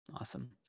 Awesome